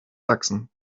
sachsen